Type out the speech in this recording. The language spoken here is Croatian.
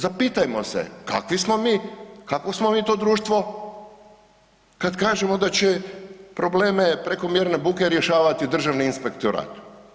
Zapitamo se, kakvi smo mi, kakvo smo mi to društvo kad kažemo da će probleme prekomjerne buke rješavati državni inspektorat?